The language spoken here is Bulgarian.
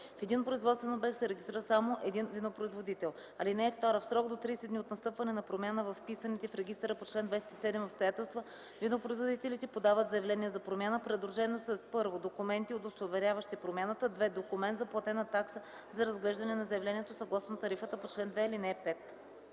В един производствен обект се регистрира само един винопроизводител. (2) В срок до 30 дни от настъпване на промяна във вписаните в регистъра по чл. 27 обстоятелства винопроизводителите подават заявление за промяна, придружено със: 1. документи, удостоверяващи промяната; 2. документ за платена такса за разглеждане на заявлението съгласно тарифата по чл. 2, ал. 5.”